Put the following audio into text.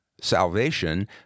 salvation